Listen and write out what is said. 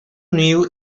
niu